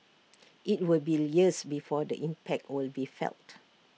IT will be years before the impact will be felt